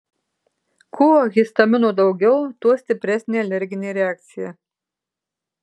kuo histamino daugiau tuo stipresnė alerginė reakcija